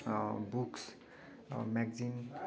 books magazine